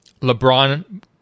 LeBron